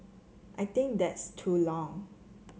I think that's too long